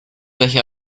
welche